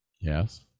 Yes